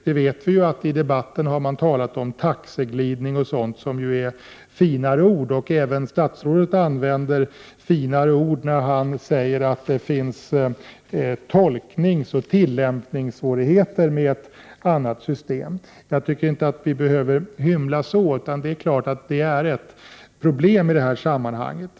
Vi vet ju att det i debatten har talats om taxeglidning, vilket är ett finare ord. Även statsrådet använder finare ord när han säger att det blir tolkningsoch tillämpningssvårigheter med ett annat system. Jag tycker inte att vi behöver hymla på det sättet, utan det är klart att det är ett problem i detta sammanhang.